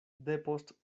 depost